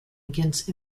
against